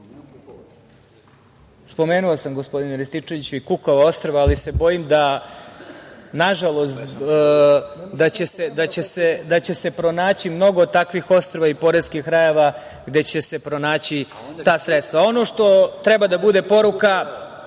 ostrva?)Spomenuo sam, gospodine Rističeviću, i Kukova ostrva, ali se bojim nažalost da će se pronaći mnogo takvih ostrva i poreskih rajeva gde će se pronaći ta sredstva. Ono što treba da bude poruka